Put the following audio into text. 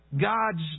God's